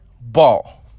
ball